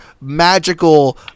magical